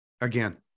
again